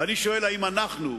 ואני שואל, האם אנחנו,